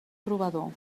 trobador